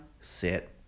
sit